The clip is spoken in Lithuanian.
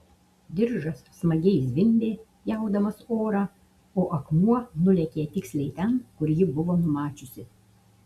diržas smagiai zvimbė pjaudamas orą o akmuo nulėkė tiksliai ten kur ji buvo numačiusi